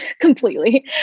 completely